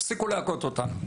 תפסיקו להכות אותנו.